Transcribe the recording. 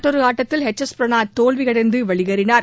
மற்றொரு ஆட்டத்தில் H S Prannoy தோல்வியடைந்து வெளியேறினார்